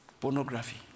Pornography